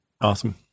Awesome